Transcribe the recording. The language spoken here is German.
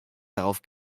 darauf